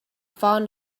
found